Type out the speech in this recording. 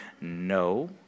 No